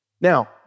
Now